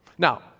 Now